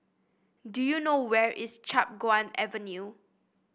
do you know where is Chiap Guan Avenue